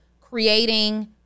creating